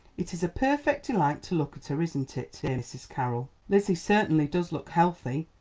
it is a perfect delight to look at her, isn't it, dear mrs. carroll? lizzie certainly does look healthy,